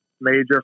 major